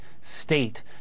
state